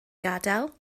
gadael